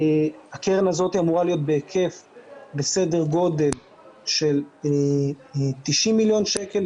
הקרן הזאת אמורה להיות בסדר גודל של 90 מיליון שקל,